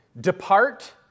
Depart